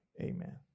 amen